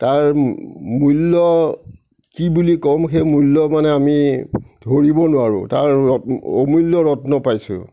তাৰ মূল্য কি বুলি ক'ম সেই মূল্য মানে আমি ধৰিব নোৱাৰোঁ তাৰ অমূল্য ৰত্ন পাইছোঁ